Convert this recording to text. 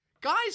Guys